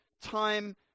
time